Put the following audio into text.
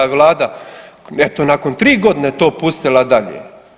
Vlada, eto, nakon 3 godine to pustila dalje.